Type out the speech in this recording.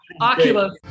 Oculus